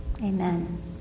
Amen